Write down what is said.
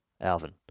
Alvin